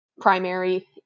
primary